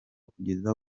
kugeza